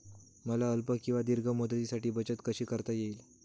मला अल्प किंवा दीर्घ मुदतीसाठी बचत कशी करता येईल?